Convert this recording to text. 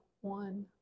one